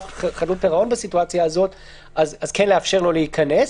חדלות פירעון בסיטואציה הזאת אז כן לאפשר לו להיכנס.